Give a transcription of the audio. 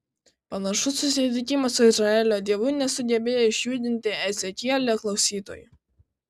panašus susitikimas su izraelio dievu nesugebėjo išjudinti ezekielio klausytojų